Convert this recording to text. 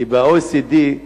כי ב-OECD,